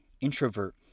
introvert